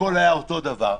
הכול היה אותו הדבר.